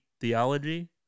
theology